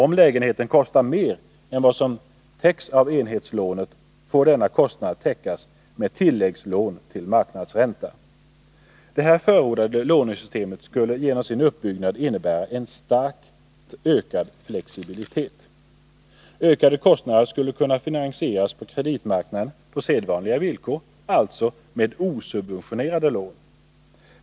Om lägenheten kostar mer än vad som täcks av enhetslånet, får denna kostnad täckas med tilläggslån till marknadsränta. Det här förordade lånesystemet skulle genom sin uppbyggnad innebära en starkt ökad flexibilitet. Ökade kostnader skulle kunna finansieras på kreditmarknaden på sedvanliga villkor — alltså med osubventionerade lån.